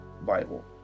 Bible